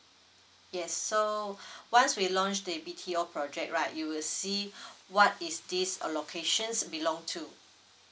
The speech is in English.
yes so once we launch the B_T_O project right you will see what is this uh locations belong to